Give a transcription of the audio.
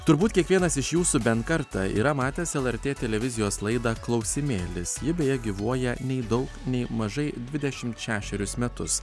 turbūt kiekvienas iš jūsų bent kartą yra matęs lrt televizijos laidą klausimėlis ji beje gyvuoja nei daug nei mažai dvidešimt šešerius metus